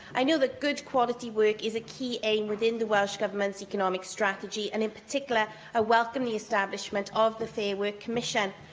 i know that good-quality work is a key aim within the welsh government's economic strategy, and in particular i ah welcome the establishment of the fair work commission.